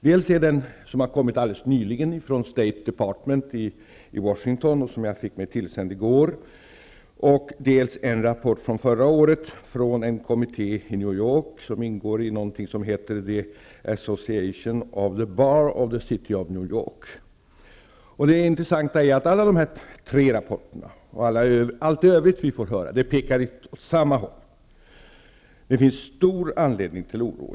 Det är dels en rapport som kommit alldeles nyligen från State Department i Washington och som jag fick mig tillsänd i går, dels en rapport från förra året från en kommitté i New York som ingår i någonting som heter Association of the Bar of the city of New Det intressanta är att alla dessa tre rapporter och allt i övrigt vi får höra pekar åt samma håll. Det finns stor anledning till oro.